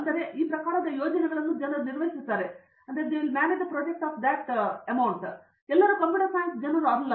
ಆದ್ದರಿಂದ ಈ ಪ್ರಕಾರದ ಯೋಜನೆಗಳನ್ನು ಜನರು ನಿರ್ವಹಿಸುತ್ತಾರೆ ಮತ್ತು ಎಲ್ಲರೂ ಕಂಪ್ಯೂಟರ್ ಸೈನ್ಸ್ ಜನರಿಲ್ಲ